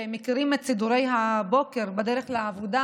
שמכירים את סידורי הבוקר בדרך לעבודה,